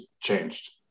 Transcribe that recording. changed